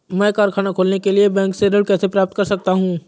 मैं कारखाना खोलने के लिए बैंक से ऋण कैसे प्राप्त कर सकता हूँ?